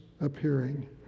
appearing